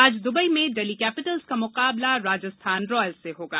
आज दुबई में डेल्ही कैपिटल्स का मुकाबला राजस्थान रॉयल्स से होगा